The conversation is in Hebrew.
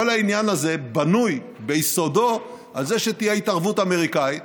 כל העניין הזה בנוי ביסודו על זה שתהיה התערבות אמריקאית.